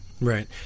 right